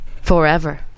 forever